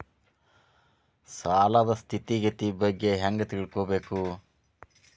ಸಾಲದ್ ಸ್ಥಿತಿಗತಿ ಬಗ್ಗೆ ಹೆಂಗ್ ತಿಳ್ಕೊಬೇಕು?